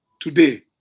today